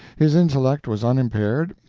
his intellect was unimpaired,